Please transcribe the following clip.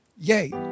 Yay